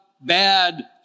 bad